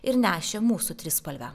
ir nešė mūsų trispalvę